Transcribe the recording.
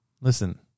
Listen